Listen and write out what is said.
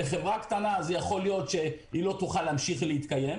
לחברה קטנה יכול להיות שלא תוכל להמשיך להתקיים,